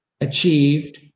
achieved